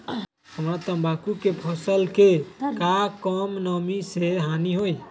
हमरा तंबाकू के फसल के का कम नमी से हानि होई?